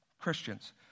Christians